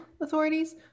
authorities